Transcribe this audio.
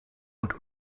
und